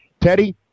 teddy